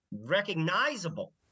recognizable